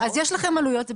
יש לכם עלויות,